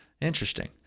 Interesting